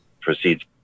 proceeds